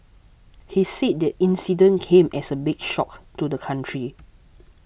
he said the incident came as a big shock to the country